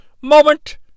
moment